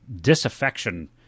disaffection